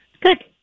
Good